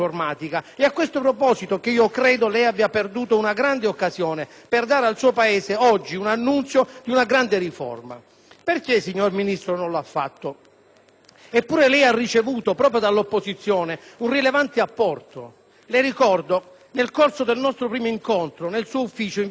per dare al suo Paese, oggi, l'annuncio di una grande riforma. Perché, signor Ministro, non l'ha fatto? Eppure lei ha ricevuto, proprio dall'opposizione, un rilevante apporto. Le ricordo che, nel corso del nostro primo incontro, nel suo ufficio in via Arenula, le parlai del sistema integrato giudiziario informatizzato,